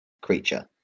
creature